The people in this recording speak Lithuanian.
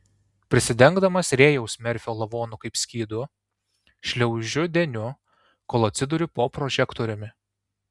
prisidengdamas rėjaus merfio lavonu kaip skydu šliaužiu deniu kol atsiduriu po prožektoriumi